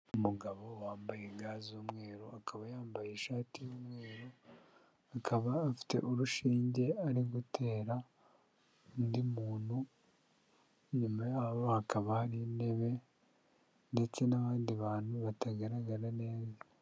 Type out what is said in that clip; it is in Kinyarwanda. Umugabo wambaye ga z'umweru, akaba yambaye ishati y'umweru, akaba afite urushinge ari gutera undi muntu, inyuma yaho hakaba hari intebe ndetse n'abandi bantu batagaragara neza.